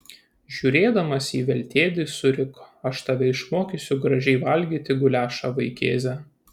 žiūrėdamas į veltėdį suriko aš tave išmokysiu gražiai valgyti guliašą vaikėze